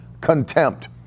contempt